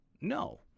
No